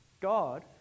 God